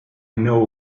know